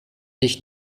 dich